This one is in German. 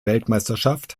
weltmeisterschaft